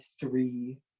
three